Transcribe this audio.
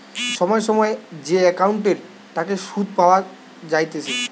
সময় সময় যে একাউন্টের তাকে সুধ পাওয়া যাইতেছে